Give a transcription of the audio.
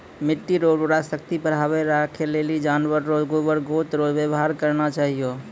मिट्टी रो उर्वरा शक्ति बढ़ाएं राखै लेली जानवर रो गोबर गोत रो वेवहार करना चाहियो